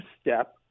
step